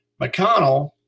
McConnell